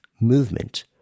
movement